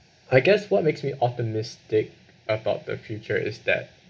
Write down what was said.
I guess what makes me optimistic about the future is that